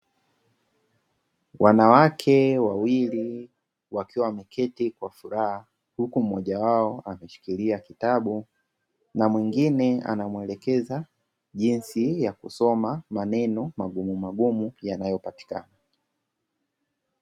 Wanawake wawili wakiwa wameketi kwa furaha, huku mmoja wao akishikilia kitabu, na mwingine anamuelekeza jinsi ya kusoma maneno magumumagumu yanayopatikana.